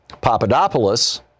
Papadopoulos